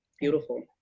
Beautiful